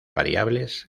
variables